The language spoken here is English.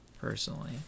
personally